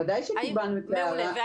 ודאי שקיבלנו הערה כזאת.